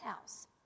house